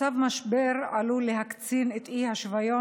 מצב משבר עלול להקצין את האי-שוויון